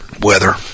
weather